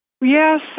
Yes